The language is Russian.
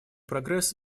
прогресс